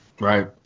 Right